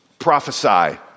prophesy